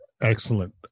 Excellent